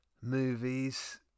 movies